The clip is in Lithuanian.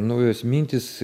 naujos mintys